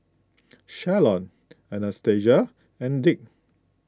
Shalon Anastacia and Dick